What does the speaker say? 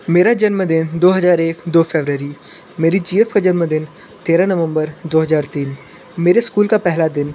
मेरा जन्मदिन दो हजार एक दो फेवररी मेरी जी एफ का जन्मदिन तेरह नवंबर दो हजार तीन मेरे स्कूल का पहला दिन